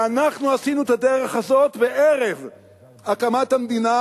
ואנחנו עשינו את הדרך הזאת ערב הקמת המדינה,